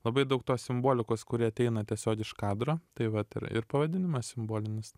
labai daug tos simbolikos kuri ateina tiesiog iš kadro tai vat ir ir pavadinimas simbolinis